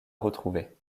retrouver